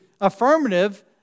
affirmative